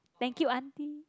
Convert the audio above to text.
thank you auntie